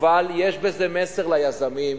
אבל יש בזה מסר ליזמים: